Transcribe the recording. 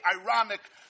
ironic